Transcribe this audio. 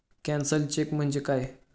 Cancelled cheque म्हणजे काय?